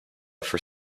for